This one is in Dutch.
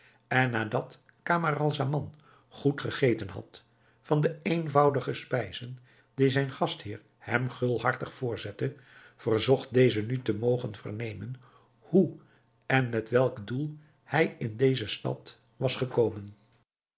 en nadat camaralzaman goed gegeten had van de eenvoudige spijzen die zijn gastheer hem gulhartig voorzette verzocht deze nu te mogen vernemen hoe en met welk doel hij in deze stad was gekomen